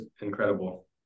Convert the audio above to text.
incredible